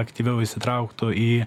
aktyviau įsitrauktų į